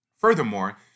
Furthermore